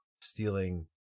stealing